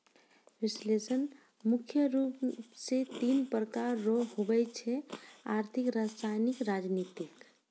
विश्लेषण मुख्य रूप से तीन प्रकार रो हुवै छै आर्थिक रसायनिक राजनीतिक